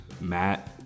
Matt